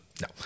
no